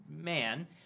man